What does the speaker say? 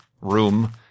room